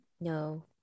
No